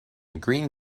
green